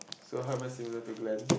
so how am I similar to Glen